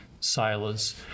sailors